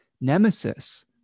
nemesis